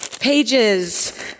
Pages